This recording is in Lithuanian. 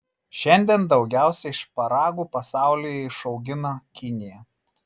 šiandien daugiausiai šparagų pasaulyje išaugina kinija